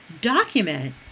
Document